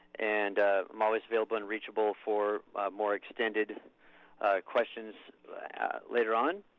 and i'm always available and reachable for more extended questions later on.